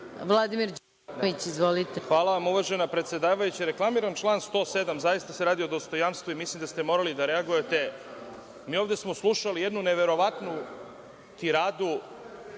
Hvala vam uvažena predsedavajuća. Reklamiram član 107. Zaista se radi o dostojanstvu. Mislim da ste morali da reagujete. Mi smo ovde slušali jednu neverovatnu tiradu,